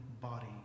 body